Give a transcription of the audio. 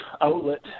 outlet